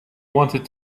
wanted